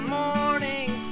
morning